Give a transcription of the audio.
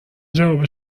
جواب